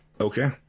Okay